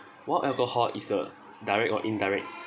while alcohol is the direct or indirect